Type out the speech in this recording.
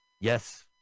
Yes